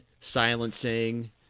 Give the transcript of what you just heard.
silencing